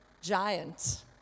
giant